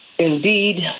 Indeed